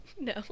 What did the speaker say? No